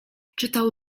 czytał